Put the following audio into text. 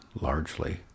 largely